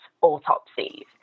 autopsies